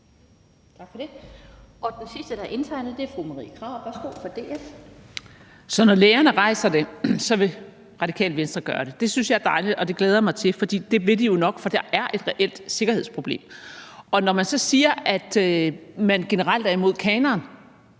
er fru Marie Krarup fra DF. Værsgo. Kl. 11:40 Marie Krarup (DF): Så når lærerne rejser det, vil Radikale Venstre gøre det. Det synes jeg er dejligt, og det glæder jeg mig til, for det vil de jo nok, da der er et reelt sikkerhedsproblem. Og når man så siger, at man generelt er imod kanonlister,